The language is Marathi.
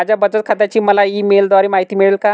माझ्या बचत खात्याची मला ई मेलद्वारे माहिती मिळेल का?